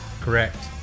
Correct